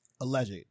alleged